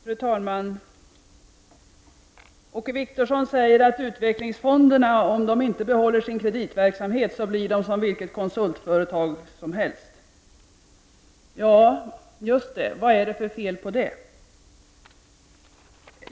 Fru talman! Åke Wictorsson sade att om inte utvecklingsfonderna behåller sin kreditgivningsverksamhet blir de som vilket konsultföretag som helst. Ja, just det. Vad är det för fel på det?